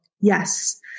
Yes